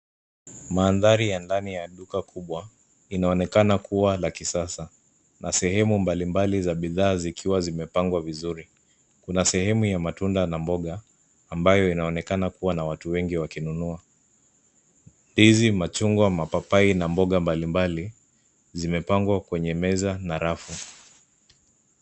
Mandhari ya ndani ya duka kubwa inaonekana kuwa la kisasa na sehemu mbali mbali za bidhaa, zikiwa zimepangwa vizuri. Kuna sehemu ya matunda na mboga ambayo inaonekana kuwa na watu wengi wakinunua ndizi machungwa, mapapai na mboga mbali mbali zimepangwa kwenye meza na rafu.